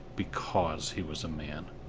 because he was a man.